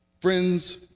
Friends